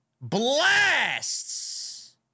blasts